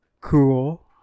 cool